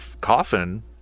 coffin